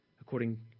according